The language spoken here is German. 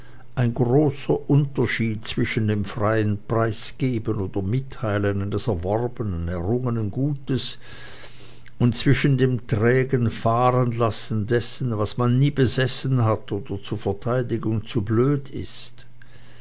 ein großer unterschied zwischen dem freien preisgeben oder mitteilen eines erworbenen errungenen gutes und zwischen dem trägen fahrenlassen dessen was man nie besessen hat oder zu verteidigen zu blöd ist